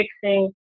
fixing